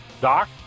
Doc